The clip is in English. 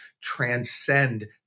transcend